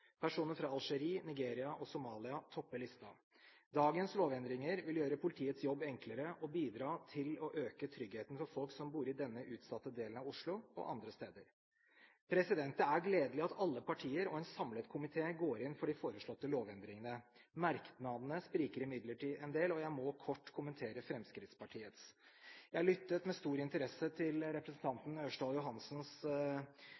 Personer fra Algerie, Nigeria og Somalia topper lista. Dagens lovendringer vil gjøre politiets jobb enklere og bidra til å øke tryggheten for folk som bor i denne utsatte delen av Oslo og andre steder. Det er gledelig at alle partier og en samlet komité går inn for de foreslåtte lovendringene. Merknadene spriker imidlertid en del, og jeg må kort kommentere Fremskrittspartiets. Jeg lyttet med stor interesse til